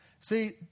see